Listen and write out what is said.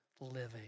living